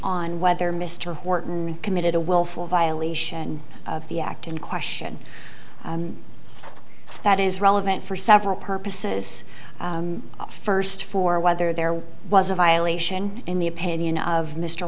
on whether mr horton committed a willful violation of the act in question that is relevant for several purposes first for whether there was a violation in the opinion of mr